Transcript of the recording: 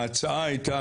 ההצעה הייתה,